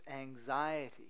anxiety